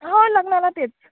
हो लग्नाला तेच